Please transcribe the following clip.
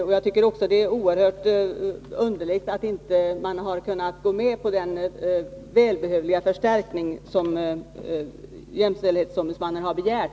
Det är också oerhört underligt att majoriteten inte kunnat gå med på den välbehövliga förstärkning som jämställdhetsombudsmannen har begärt.